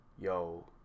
yo